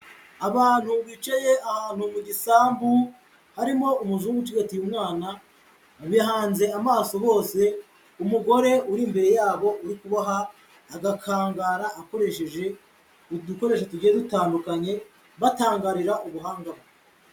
Abantu bicaye ahantu mu gisambu harimo umuzungu ucigatiye umwana, bahanze amaso bose umugore uri imbere ya bo uri kuboha agakangara akoresheje udukoresho tugiye dutandukanye, batangarira ubuhanga bwe.